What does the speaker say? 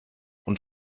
und